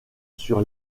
sur